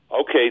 okay